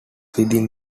within